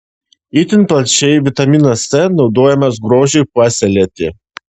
itin plačiai vitaminas c naudojamas grožiui puoselėti